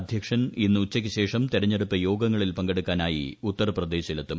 അധ്യക്ഷൻ ഇന്ന് ഉച്ചയ്ക്കുശേഷം തെരഞ്ഞെടുപ്പ് യോഗങ്ങളിൽ പങ്കെടുക്കാനായി ഉത്തർപ്രദേശിൽ എത്തും